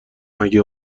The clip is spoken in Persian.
مگه